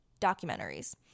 documentaries